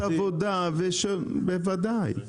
בוודאי.